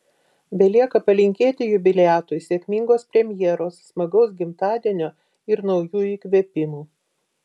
belieka palinkėti jubiliatui sėkmingos premjeros smagaus gimtadienio ir naujų įkvėpimų